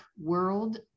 world